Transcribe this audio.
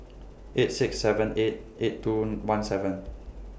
eight six seven eight eight two one seven